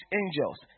angels